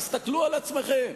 תסתכלו על עצמכם,